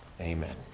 Amen